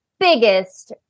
Biggest